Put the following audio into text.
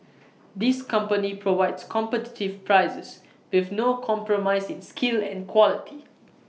this company provides competitive prices with no compromise in skill and quality